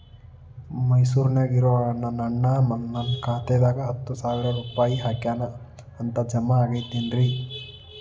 ಮೈಸೂರ್ ನ್ಯಾಗ್ ಇರೋ ನನ್ನ ಅಣ್ಣ ನನ್ನ ಖಾತೆದಾಗ್ ಹತ್ತು ಸಾವಿರ ರೂಪಾಯಿ ಹಾಕ್ಯಾನ್ ಅಂತ, ಜಮಾ ಆಗೈತೇನ್ರೇ?